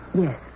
Yes